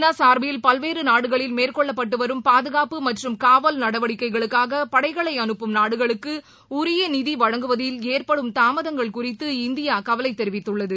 நா சார்பில் பல்வேறு நாடுகளில் மேற்கொள்ளபட்டு வரும் பாதுகாப்பு மற்றும் காவல் நடவடிக்கைகளுக்காக படைகளை அனுப்பும் நாடுகளுக்கு உரிய நிதி வழங்குவதில் ஏற்படும் தாமதங்கள் குறித்து இந்தியா கவலை தெரிவித்துள்ளது